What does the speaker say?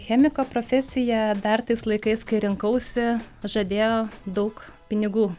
chemiko profesija dar tais laikais kai rinkausi žadėjo daug pinigų